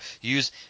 use